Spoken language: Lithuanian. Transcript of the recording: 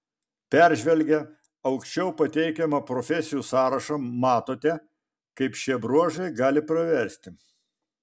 peržvelgę aukščiau pateikiamą profesijų sąrašą matote kaip šie bruožai gali praversti